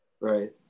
Right